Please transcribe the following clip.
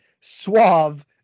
suave